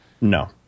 no